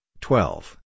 twelve